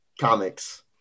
comics